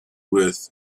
with